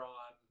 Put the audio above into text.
on